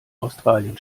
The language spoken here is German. australien